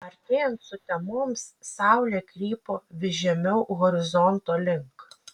artėjant sutemoms saulė krypo vis žemiau horizonto link